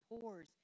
pores